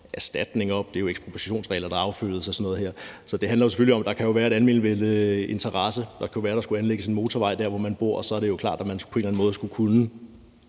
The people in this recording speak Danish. erstatning ind. Det handler jo om ekspropriationsregler og sådan noget, og det handler selvfølgelig om, om der kan være et element af almenvellets interesse. Det kan være, der skal anlægges en motorvej der, hvor man bor, og så er det jo klart, at der på en eller anden måde skal kunne